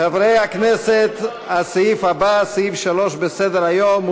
חברי הכנסת, הסעיף הבא, סעיף 3 בסדר-היום: